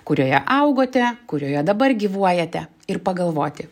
kurioje augote kurioje dabar gyvuojate ir pagalvoti